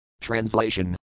Translation